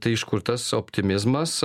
tai iš kur tas optimizmas